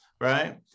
right